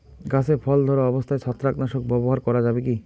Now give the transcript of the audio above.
গাছে ফল ধরা অবস্থায় ছত্রাকনাশক ব্যবহার করা যাবে কী?